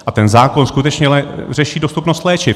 A ten zákon skutečně řeší dostupnost léčiv.